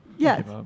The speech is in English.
Yes